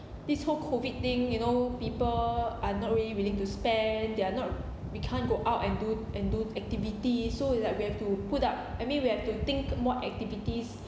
this whole COVID thing you know people are not really willing to spend they are not we can't go out and do and do activity so it's like we have to put up I mean we have to think more activities